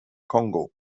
kongo